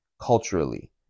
culturally